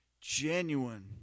genuine